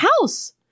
house